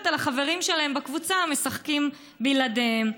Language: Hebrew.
על החברים שלהן בקבוצה משחקים בלעדיהן.